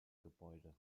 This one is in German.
gebäude